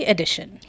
Edition